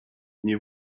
nie